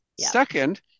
Second